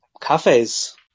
cafes